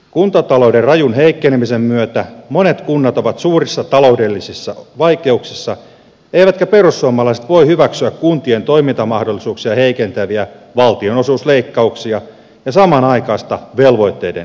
kuntatalouden rajun heikkenemisen myötä monet kunnat ovat suurissa taloudellisissa vaikeuksissa eivätkä perussuomalaiset voi hyväksyä kuntien toimintamahdollisuuksia heikentäviä valtionosuusleikkauksia ja samanaikaista velvoitteiden lisäämistä